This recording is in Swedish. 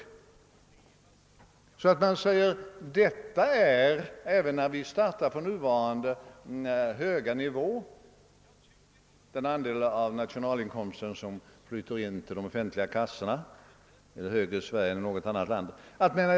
Tycker man att det är bra att ha ett system där skattetrycket stiger och stiger även när vi startar på dagens nivå, där den andel av nationalinkomsten som flyter in till de offentliga kassorna är större än i något annat land?